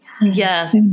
Yes